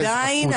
עדיין